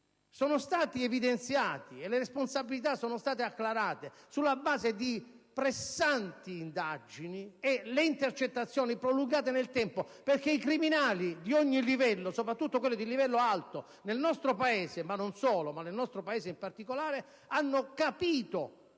sono stati evidenziati e le responsabilità sono state acclarate sulla base di pressanti indagini e di intercettazioni prolungate nel tempo, perché i criminali di ogni livello - specialmente quelli di più alto livello - nel nostro Paese in particolare, ma non